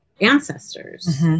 ancestors